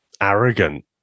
arrogant